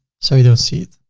so you don't see it.